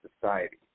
society